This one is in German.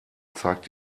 zeigt